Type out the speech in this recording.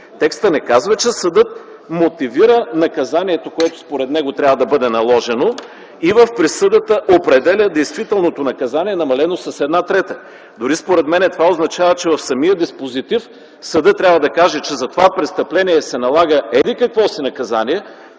Текстът не казва, че съдът мотивира наказанието, което според него трябва да бъде наложено и в присъдата определя действителното наказание, намалено с една трета. Според мен, това означава дори, че в самия диспозитив съдът трябва да каже, че за това престъпление се налага еди-какво си наказание,